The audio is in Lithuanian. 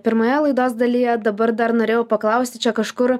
pirmoje laidos dalyje dabar dar norėjau paklausti čia kažkur